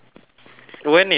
when is soon